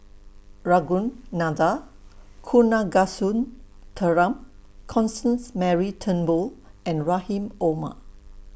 Ragunathar Kanagasuntheram Constance Mary Turnbull and Rahim Omar